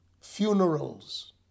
funerals